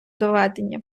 доведення